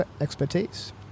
expertise